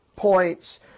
Points